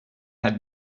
had